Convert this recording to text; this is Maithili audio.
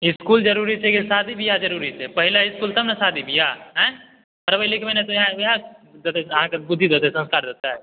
इस्कुल ज़रूरी छै कि शादी ब्याह ज़रूरी छै पहिने इस्कुल तब ने शादी ब्याह आयँ पढ़बै लिखबै नहि तऽ इएह अहाँकेँ देतै बुद्धि देतै संस्कार देतै